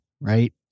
right